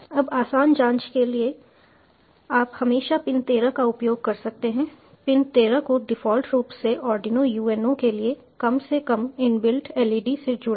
अब आसान जांच के लिए आप हमेशा पिन 13 का उपयोग कर सकते हैं पिन 13 को डिफ़ॉल्ट रूप से आर्डिनो UNO के लिए कम से कम इनबिल्ट LED से जुड़ा है